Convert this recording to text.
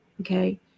Okay